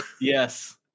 Yes